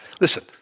Listen